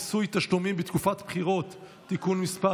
הצעת חוק מיסוי תשלומים בתקופת בחירות (תיקון מס'